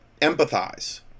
empathize